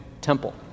temple